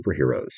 superheroes